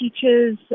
teachers